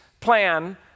plan